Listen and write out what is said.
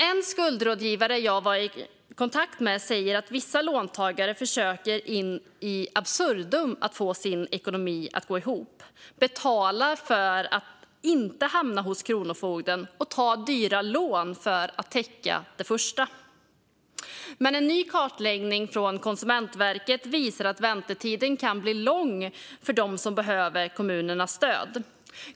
En skuldrådgivare jag varit i kontakt med säger att vissa låntagare försöker in absurdum att få sin ekonomi att gå ihop. De betalar för att inte hamna hos kronofogden och tar dyra lån för att täcka det första. En ny kartläggning från Konsumentverket visar dock att väntetiden kan bli lång för dem som behöver kommunernas stöd.